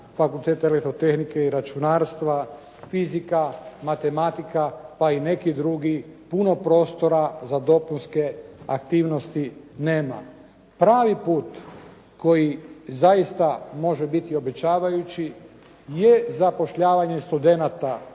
Fakultet elektrotehnike i računarstva, fizika, matematika pa i neki drugi, puno prostora za dopunske aktivnosti nema. Pravi put koji zaista može biti obećavajući je zapošljavanje studenata, ali